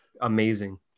amazing